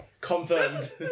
Confirmed